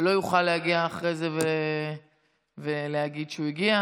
לא יוכל להגיע אחרי זה ולהגיד שהוא הגיע.